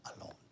alone